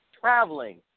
traveling